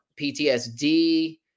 PTSD